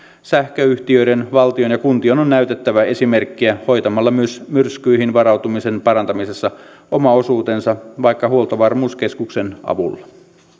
sähköyhtiöiden valtion ja kuntien on näytettävä esimerkkiä hoitamalla myös myrskyihin varautumisen parantamisessa oma osuutensa vaikka huoltovarmuuskeskuksen avulla